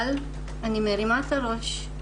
אבל אני מרימה את הראש.